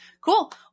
cool